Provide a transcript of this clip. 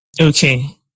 Okay